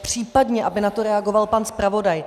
Případně aby na to reagoval pan zpravodaj.